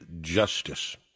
Justice